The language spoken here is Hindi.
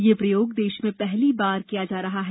यह प्रयोग देश में पहली बार किया जा रहा है